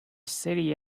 city